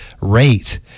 rate